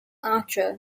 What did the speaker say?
archer